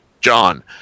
John